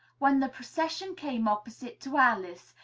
when the procession came opposite to alice,